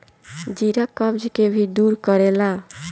जीरा कब्ज के भी दूर करेला